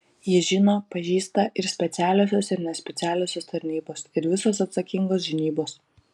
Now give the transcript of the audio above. jį žino pažįsta ir specialiosios ir nespecialiosios tarnybos ir visos atsakingos žinybos